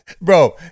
bro